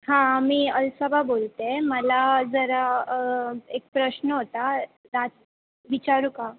हां मी अल सबा बोलत आहे मला जरा एक प्रश्न होता दा विचारू का